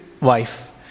wife